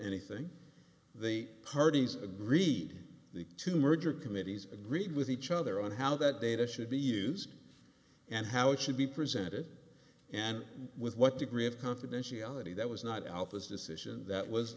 anything the parties agreed to merge or committees agreed with each other on how that data should be used and how it should be presented and with what degree of confidentiality that was not alpha's decision that was